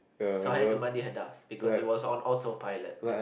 so I had to mandi hadas because it was on autopilot eh